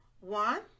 one